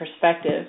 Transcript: perspective